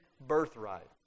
birthright